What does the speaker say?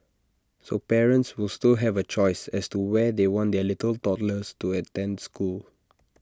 so parents will still have A choice as to where they want their little toddlers to attend school